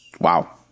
Wow